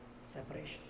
Separation